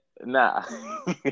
nah